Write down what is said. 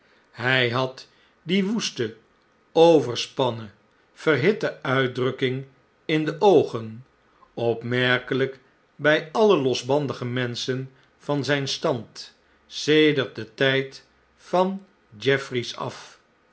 hjj had diewoeste overspannen verhitte uitdrukking in deoogen opmerkelijk bij alle losbandige menschen van zijn stand sedert den tyd van jeffries af